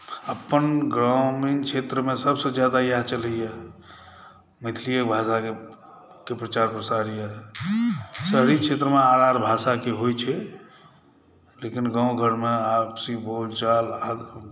अपन ग्रामीण क्षेत्रमे सभसँ ज्यादा इएह चलैए मैथिलीए भाषाकेँ प्रचार प्रसार यए शहरी क्षेत्रमे आर आर भाषाके होइत छै लेकिन गाँव घरमे आपसी बोलचाल